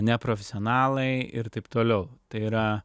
neprofesionalai ir taip toliau tai yra